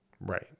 right